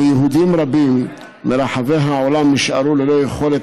ויהודים רבים מרחבי העולם נשארו ללא יכולת